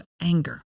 anger